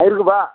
இருக்குதுப்பா